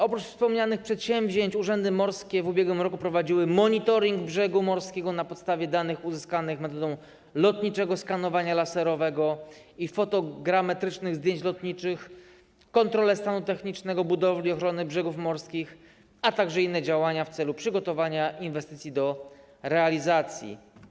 Oprócz wspomnianych przedsięwzięć urzędy morskie w ubiegłym roku prowadziły monitoring brzegu morskiego na podstawie danych uzyskanych metodą lotniczego skanowania laserowego i fotogrametrycznych zdjęć lotniczych, kontrole stanu technicznego budowli ochrony brzegów morskich, a także inne działania w celu przygotowania inwestycji do realizacji.